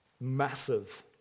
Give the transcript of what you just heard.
massive